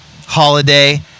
Holiday